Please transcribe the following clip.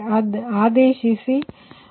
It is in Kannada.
ಆದ್ದರಿಂದ ಆದೇಶಿಸಿ ಮತ್ತು 3 ರಿಂದ ಭಾಗಿಸಿ